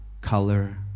color